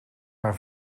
haar